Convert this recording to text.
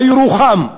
בירוחם,